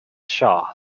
shaw